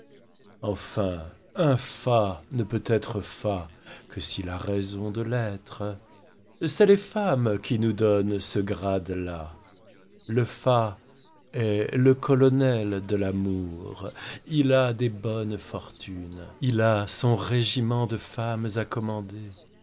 enfin un fat ne peut être fat que s'il a raison de l'être c'est les femmes qui nous donnent ce grade là le fat est le colonel de l'amour il a des bonnes fortunes il a son régiment de femmes